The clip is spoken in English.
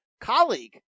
colleague